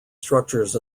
structures